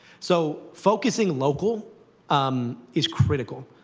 so focusing local um is critical.